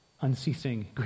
unceasing